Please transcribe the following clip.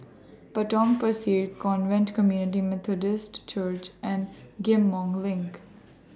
Potong Pasir Covenant Community Methodist Church and Ghim Moh LINK